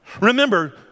Remember